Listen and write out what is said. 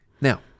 Now